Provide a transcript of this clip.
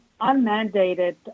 unmandated